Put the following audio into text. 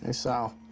ah sal.